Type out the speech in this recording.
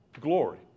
glory